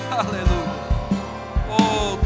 Hallelujah